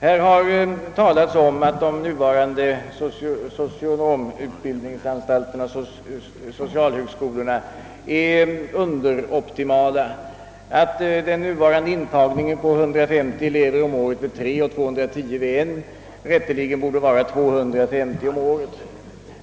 Här har talats om att de nuvarande socialhögskolorna är underoptimalt utnyttjade, att den nuvarande intagningen på 150 elever om året vid tre av dem och 250 vid en rätteligen borde vara 250 om året.